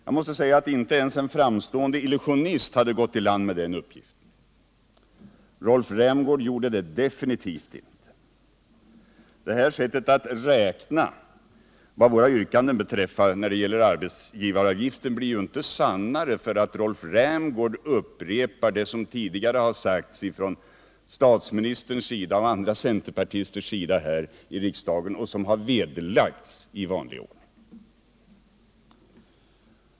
Jag måste säga att inte ens en framstående illusionist hade gått i land med den uppgiften — Rolf Rämgård gjorde det definitivt inte. Det här sättet att räkna när det gäller arbetsgivaravgiften blir inte sannare bara därför att Rolf Rämgård upprepar vad som tidigare sagts av statsministern och andra centerpartister i riksdagen och som vederlagts i vanlig ordning.